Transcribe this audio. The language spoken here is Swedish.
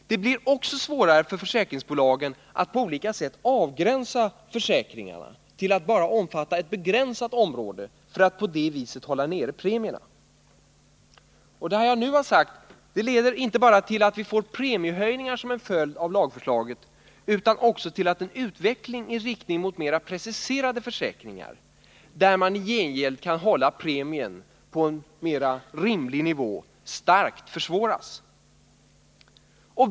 Det blir också svårare för försäkringsbolagen att på olika sätt avgränsa försäkringarna till att bara omfatta ett begränsat område för att på det viset hålla nere premierna. Det jag nu har nämnt leder inte bara 25 tillatt vi får premiehöjningar som en följd av lagförslaget utan också till att en utveckling i riktning mot mera preciserade försäkringar, där i gengäld premien kan hållas på en mer rimlig nivå, starkt försvåras.